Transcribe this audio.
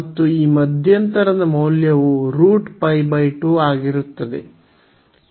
ಮತ್ತು ಈ ಮಧ್ಯಂತರದ ಮೌಲ್ಯವು √π 2 ಆಗಿರುತ್ತದೆ